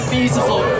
Beautiful